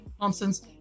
nonsense